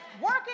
working